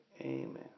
Amen